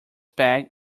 peg